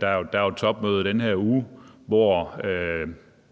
der er jo topmøde i den her uge, hvor